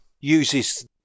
uses